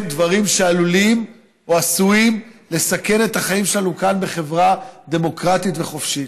דברים שעלולים או עשויים לסכן את החיים שלנו כאן כחברה דמוקרטית וחופשית,